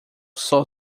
sol